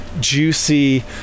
juicy